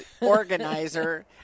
organizer